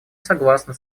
согласна